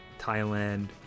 Thailand